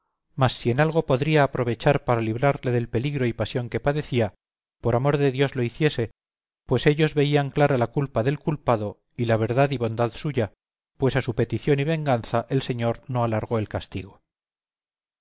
mas si en algo podría aprovechar para librarle del peligro y pasión que padecía por amor de dios lo hiciese pues ellos veían clara la culpa del culpado y la verdad y bondad suya pues a su petición y venganza el señor no alargó el castigo